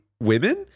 women